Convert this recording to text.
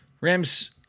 Rams